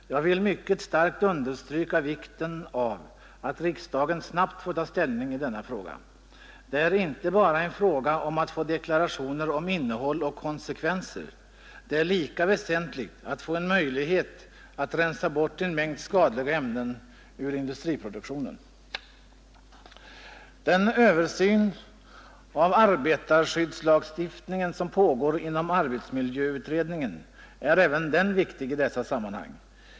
Jag vill mycket starkt understryka vikten av att riksdagen snabbt får ta ställning i denna fråga. Det är inte bara en fråga om att få deklarationer om innehåll och konsekvenser, det är lika väsentligt att få en möjlighet att rensa bort en mängd skadliga ämnen ur industriproduktionen. Den översyn av arbetarskyddslagstiftningen som pågår inom arbetsmiljöutredningen är även viktig i dessa sammanhang.